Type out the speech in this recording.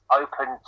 open